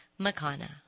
Makana